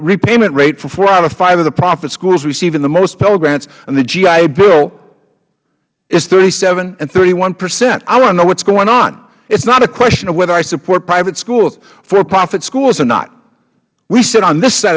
repayment rate for four out of five of the profit schools receiving the most pell grants and the gi bill is thirty seven and thirty one percent i want to know what is going on it is not a question of whether i support private schools for profit schools or not we sit on this si